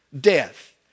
death